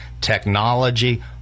technology